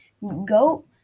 go